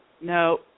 No